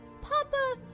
papa